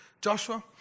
Joshua